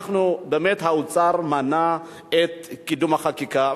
באמת האוצר מנע את קידום החקיקה,